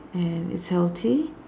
and is healthy